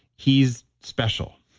he's special.